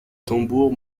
tambour